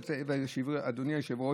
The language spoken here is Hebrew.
אדוני היושב-ראש,